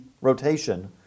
rotation